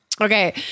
Okay